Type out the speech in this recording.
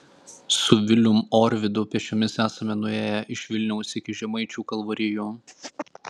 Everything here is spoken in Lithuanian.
su vilium orvidu pėsčiomis esame nuėję iš vilniaus iki žemaičių kalvarijų